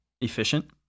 efficient